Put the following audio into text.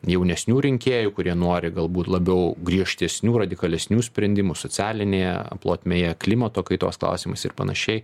jaunesnių rinkėjų kurie nori galbūt labiau griežtesnių radikalesnių sprendimų socialinėje plotmėje klimato kaitos klausimais ir panašiai